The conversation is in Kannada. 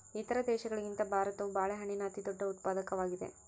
ಇತರ ದೇಶಗಳಿಗಿಂತ ಭಾರತವು ಬಾಳೆಹಣ್ಣಿನ ಅತಿದೊಡ್ಡ ಉತ್ಪಾದಕವಾಗಿದೆ